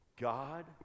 God